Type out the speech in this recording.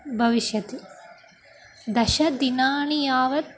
भविष्यति दशदिनानि यावत्